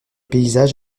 paysages